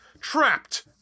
trapped